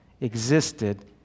existed